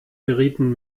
gerieten